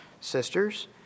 sisters